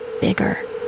bigger